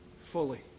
fully